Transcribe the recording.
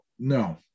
No